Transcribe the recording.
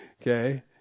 Okay